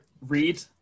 read